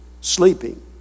sleeping